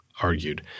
argued